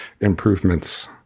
improvements